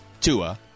Tua